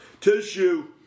tissue